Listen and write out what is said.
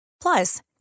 Plus